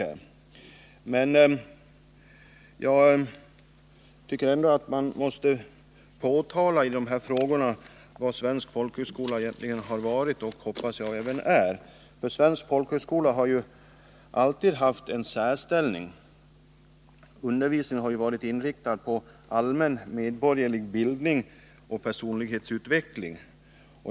När det gäller dessa frågor måste man påpeka hur den svenska folkhögskolan egentligen har varit och — hoppas jag — även är. Den svenska folkhögskolan har alltid haft en särställning. Undervisningen har varit inriktad på allmän medborgerlig bildning och personlighetsutveckling.